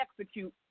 execute